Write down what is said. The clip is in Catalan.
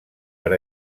per